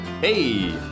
Hey